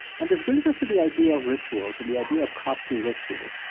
and this brings us to the idea of rituals and the idea of costly rituals.